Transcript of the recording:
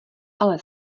ale